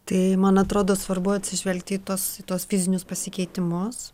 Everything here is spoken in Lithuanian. tai man atrodo svarbu atsižvelgti į tuos į tuos fizinius pasikeitimus